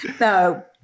No